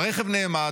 "הרכב נעמד.